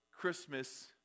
Christmas